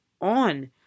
on